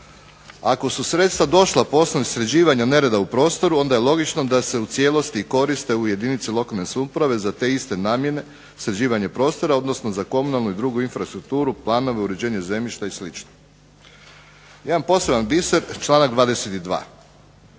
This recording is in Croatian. Ako su sredstva došla … sređivanja nereda u prostoru onda je logično da se u cijelosti i koriste u jedinici lokalne samouprave za te iste namjene sređivanje prostora, odnosno za komunalnu i drugu infrastrukturu, planove, uređenje zemljišta i slično. Jedan poseban biser članak 22.